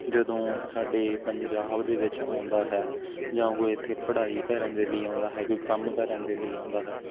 ਜਦੋਂ ਸਾਡੇ ਪੰਜਾਬ ਦੇ ਵਿੱਚ ਆਉਂਦਾ ਹੈ ਜਾਂ ਉਹ ਇੱਥੇ ਪੜ੍ਹਾਈ ਕਰਨ ਦੇ ਲਈ ਆਉਂਦਾ ਹੈ ਕੋਈ ਕੰਮ ਕਰਨ ਦੇ ਲਈ ਆਉਂਦਾ ਹੈ